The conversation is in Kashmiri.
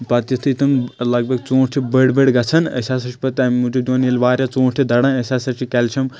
پَتہٕ یِتھُے تِم لگ بگ ژوٗنٛٹھۍ چھِ بٔڑۍ بٔڑۍ گژھان أسۍ ہَسا چھِ پَتہٕ تَمہِ موٗجوٗب دِوان ییٚلہِ واریاہ ژوٗنٛٹھۍ چھِ دَران أسۍ ہَسا چھِ کیلشَم